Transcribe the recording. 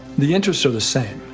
the interests are the same.